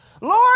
Lord